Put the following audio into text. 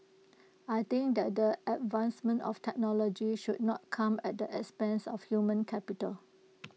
I think that the advancement of technology should not come at the expense of human capital